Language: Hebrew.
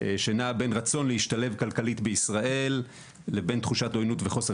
שנעו בין רצון להשתלב כלכלית בישראל לבין תחושת עויינות וחוסר